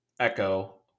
Echo